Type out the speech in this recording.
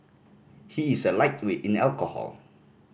he is a lightweight in alcohol